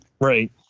right